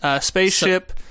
spaceship